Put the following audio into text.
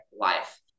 life